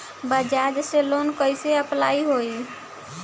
बज़ाज़ से लोन कइसे अप्लाई होई?